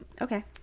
Okay